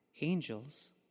angels